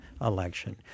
election